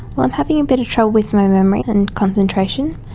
well, i'm having a bit of trouble with my memory and concentration,